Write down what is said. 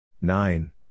Nine